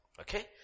Okay